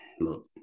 look